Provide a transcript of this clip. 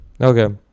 Okay